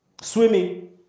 Swimming